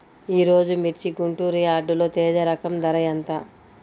ఈరోజు మిర్చి గుంటూరు యార్డులో తేజ రకం ధర ఎంత?